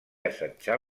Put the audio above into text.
assetjar